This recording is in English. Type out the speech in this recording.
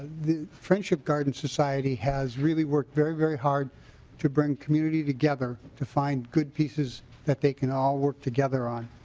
the friendship garden society has really worked very very hard to bring community together to find good pieces that they can all work together on.